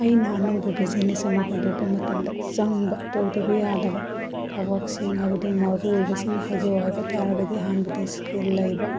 ꯑꯩꯅ ꯑꯅꯧꯕ ꯕꯤꯖꯤꯅꯦꯁ ꯑꯃ ꯍꯧꯗꯣꯛꯄ ꯃꯇꯝꯗ ꯗꯪꯕ ꯇꯧꯗꯕ ꯌꯥꯗꯕ ꯊꯕꯛꯁꯤꯡ ꯍꯥꯏꯕꯗꯤ ꯃꯔꯨ ꯑꯣꯏꯕꯁꯤꯡ ꯍꯥꯏꯖꯧ ꯍꯥꯏꯕ ꯇꯥꯔꯕꯗꯤ ꯑꯍꯥꯟꯕꯗ ꯁ꯭ꯀꯤꯜ ꯂꯩꯕ